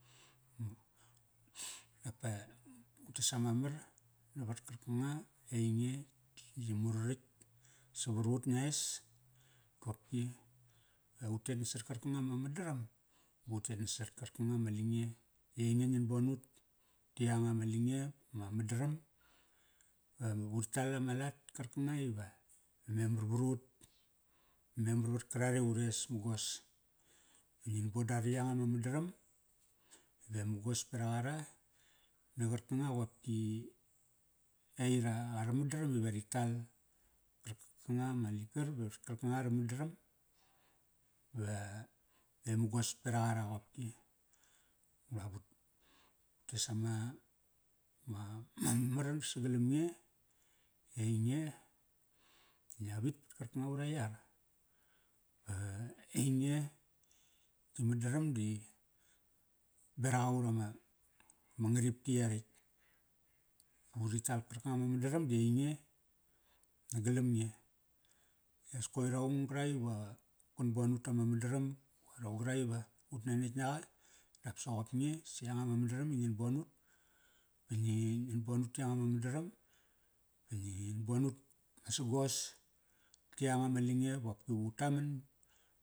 Dapa utes ama mar, navat karkanga i ainge gi muraritk savar ut ngia es qopki. Eutet nasat karkanga ma madaram, ba utet nasat karkanga ma lange. I ainge ngin bon ut ti yanga ma lange, ba ma madaram. Ba uri tal ama lat karkanga i va memar varut ba memar vat karare ures mugos. Ngin boda ri yanga ma madaram ve mugos peraqara. Na qarkanga qopki aira ara madaram ive ri tal qarkanga ma ligar navat karkanga ara madaram. Ma ngaripki yaretk. Ba uri tal karkanga ma madaram di ainge. Nagalam nge, i as koir aung karak iva qan bon ut tama madaram, koir aung karak iva ut manetk naqa dap soqop nge si yanga ma madaram i ngin bon ut. Ba ngi, ngin bon ut ti yanga ma madaram. Ba ngin bon ut pasagos ti yanga ma lange bopk vu taman